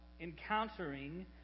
encountering